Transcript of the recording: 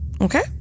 Okay